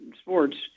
sports